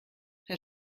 herr